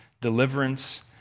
deliverance